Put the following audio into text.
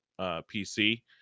PC